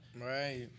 Right